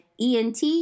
ENT